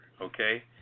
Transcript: okay